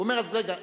הוא אומר: רגע,